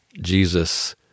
Jesus